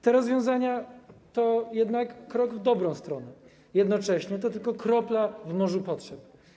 Te rozwiązania to krok w dobrą stronę, ale jednocześnie to tylko kropla w morzu potrzeb.